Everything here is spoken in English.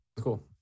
Cool